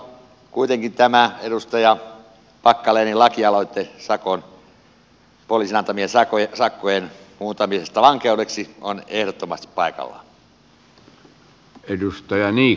kuitenkin tämä edustaja packalenin lakialoite poliisin antamien sakkojen muuntamisesta vankeudeksi on ehdottomasti paikallaan